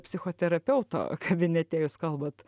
psichoterapeuto kabinete jūs kalbat